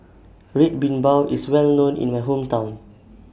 Red Bean Bao IS Well known in My Hometown